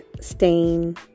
stain